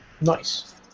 Nice